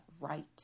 right